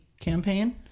campaign